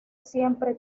siempre